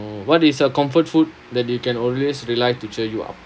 what is your comfort food that you can always rely to cheer you up